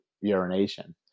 urination